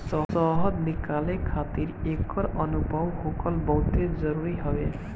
शहद निकाले खातिर एकर अनुभव होखल बहुते जरुरी हवे